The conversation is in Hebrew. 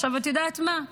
עכשיו, את יודעת מה?